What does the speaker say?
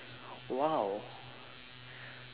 !wow!